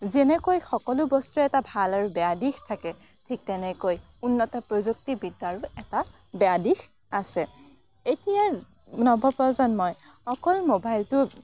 যেনেকৈ সকলো বস্তুৰে এটা ভাল আৰু বেয়া দিশ থাকে ঠিক তেনেকৈ উন্নত প্ৰযুক্তিবিদ্যাৰো এটা বেয়া দিশ আছে এতিয়াৰ নৱপ্ৰজন্মই অকল মোবাইলটো